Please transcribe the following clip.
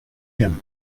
him